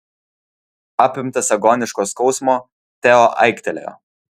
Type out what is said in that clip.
apimtas agoniško skausmo teo aiktelėjo